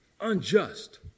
unjust